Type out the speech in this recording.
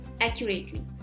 accurately